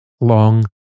long